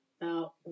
Now